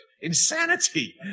insanity